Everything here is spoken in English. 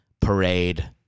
parade